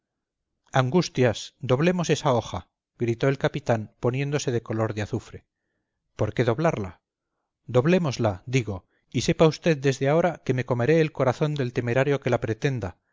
angustias doblemos esa hoja gritó el capitán poniéndose de color de azufre por qué doblarla doblémosla digo y sepa usted desde ahora que me comeré el corazón del temerario que la pretenda